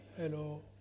Hello